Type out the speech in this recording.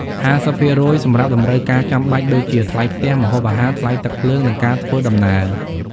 ៥០% សម្រាប់តម្រូវការចាំបាច់ដូចជាថ្លៃផ្ទះ ម្ហូបអាហារ ថ្លៃទឹកភ្លើង និងការធ្វើដំណើរ។